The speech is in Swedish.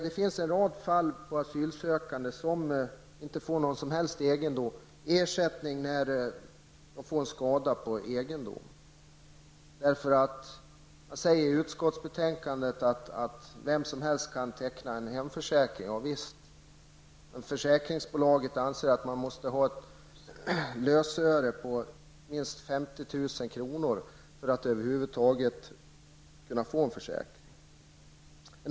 Det finns en rad fall med asylsökande som inte får någon som helst ersättning när deras egendom har blivit skadad. Det sägs i utskottsbetänkandet att vem som helst kan teckna hemförsäkring. Ja visst, men försäkringsbolaget anser att man måste ha ett lösöre värt minst 50 000 kr. för att över huvud taget kunna få en försäkring.